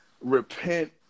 repent